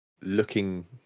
looking